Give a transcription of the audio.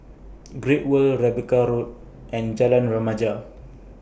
Great World Rebecca Road and Jalan Remaja